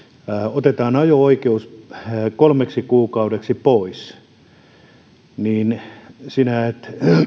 otetaan ajo oikeus kolmeksi kuukaudeksi pois se tarkoittaa että sinä et